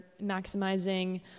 maximizing